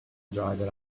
driver